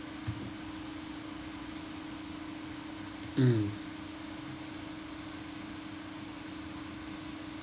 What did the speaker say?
mm